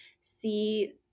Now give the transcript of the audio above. see